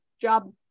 job